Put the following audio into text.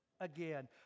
Again